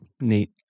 neat